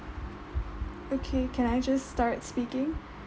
okay can I just start speaking